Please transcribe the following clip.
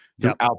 throughout